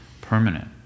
permanent